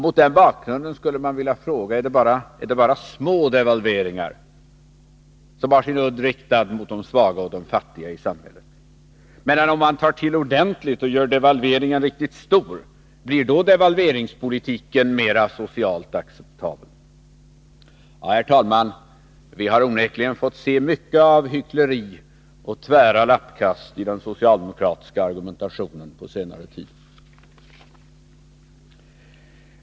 Mot den bakgrunden vill jag fråga: Är det bara små devalveringar som har sin udd riktad mot de svaga och fattiga i samhället? Om man tar till ordentligt och gör devalveringen riktigt stor, blir devalveringspolitiken då mer socialt acceptabel? Ja, herr talman, vi har onekligen fått se mycket av hyckleri och tvära lappkast i den socialdemokratiska argumentationen på senare tid.